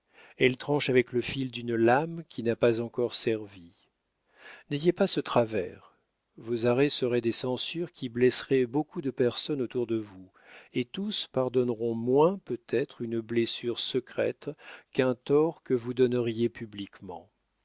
elle tranche avec le fil d'une lame qui n'a pas encore servi n'ayez pas ce travers vos arrêts seraient des censures qui blesseraient beaucoup de personnes autour de vous et tous pardonneront moins peut-être une blessure secrète qu'un tort que vous donneriez publiquement